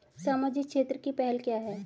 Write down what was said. सामाजिक क्षेत्र की पहल क्या हैं?